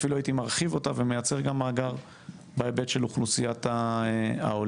ואפילו הייתי מרחיב אותה ומייצר גם מאגר בהיבט של אוכלוסיית העולים.